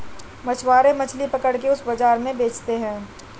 मछुआरे मछली पकड़ के उसे बाजार में बेचते है